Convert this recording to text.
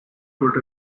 could